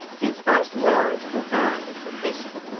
his first words confirmed this suspicion.